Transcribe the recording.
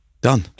done